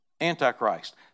Antichrist